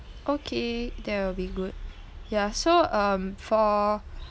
okay that will be good ya so um for